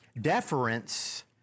deference